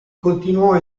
continuò